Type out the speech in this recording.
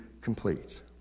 complete